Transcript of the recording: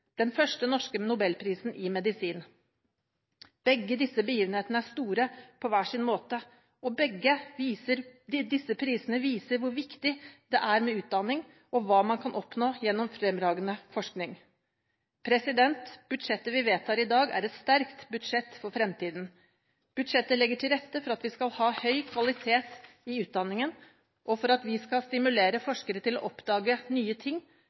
den første norske nobelprisen i medisin. Begge disse begivenhetene er store på hver sin måte, og begge disse prisene viser hvor viktig det er med utdanning, og hva man kan oppnå gjennom fremragende forskning. Budsjettet vi vedtar i dag, er et sterkt budsjett for fremtiden. Budsjettet legger til rette for at vi skal ha høy kvalitet i utdanningen, og for at vi skal stimulere forskere til å oppdage nye ting,